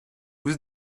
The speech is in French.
vous